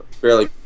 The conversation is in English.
barely